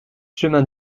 chemin